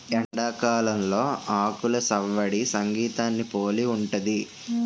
ఎండాకాలంలో ఆకులు సవ్వడి సంగీతాన్ని పోలి ఉంటది